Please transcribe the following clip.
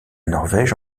norvège